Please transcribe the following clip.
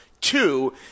Two